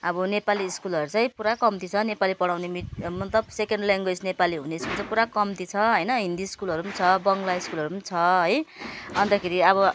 अब नेपाली स्कुलहरू चाहिँ पुरा कम्ती छ नेपाली पढाउने मिड मतलब सेकेन्ड ल्याङ्ग्वेज नेपाली हुने स्कुल चाहिँ पुरा कम्ती छ होइन हिन्दी स्कुलहरू पनि छ बङ्गला स्कुलहरू पनि छ है अन्तखेरि अब